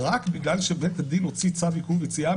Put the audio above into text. רק בגלל שבית הדין הוציא צו עיכוב יציאה